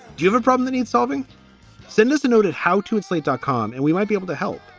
given problem, the need solving senators noted how to and slate dot com and we might be able to help.